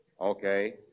Okay